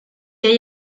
hay